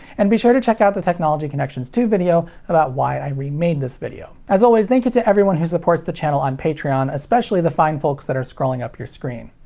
and be sure to check out the technology connections two video about why i remade this video. as always, thank you to everyone who supports the channel on patreon, especially the fine folks that are scrolling up your screen.